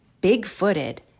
big-footed